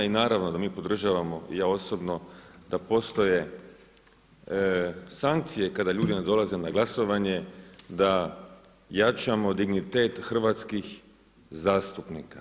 I naravno da mi podržavamo i ja osobno da postoje sankcije kada ljudi ne dolaze na glasovanje, da jačamo dignitet hrvatskih zastupnika.